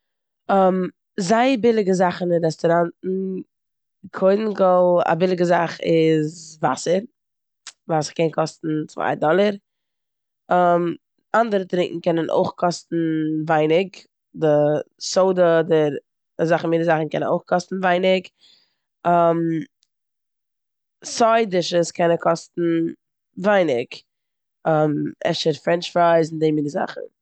זייער ביליגע זאכן אין רעסטאראנטן, קודם כל א ביליגי זאך איז וואסער. ואסער קען קאסטן צוויי דאללער. אדערע טרונקען קענען אויך קאסטן ווייניג, די סאדע אדער אזעלכע מינע זאכן קענען אויך קאסטן ווייניג. סייד דישעס קענען קאסטן ווייניג, אפשר פרענטש פריס און די מינע זאכן.